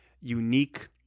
unique